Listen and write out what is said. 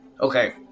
Okay